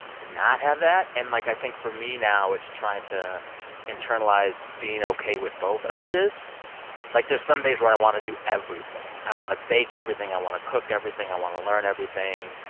not have that. and, like, i think for me now, it's trying to internalize being ok with both urges like, there's some days where i want to do everything. i want to bake everything. i want to cook everything. i want to learn everything.